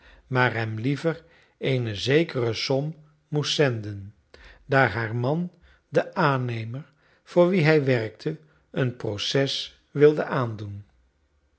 maar hem liever eene zekere som moest zenden daar haar man den aannemer voor wien hij werkte een proces wilde aandoen